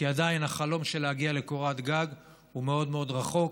כי עדיין החלום להגיע לקורת גג הוא מאוד רחוק,